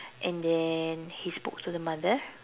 and then he spoke to the mother